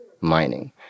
mining